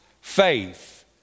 faith